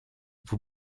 vous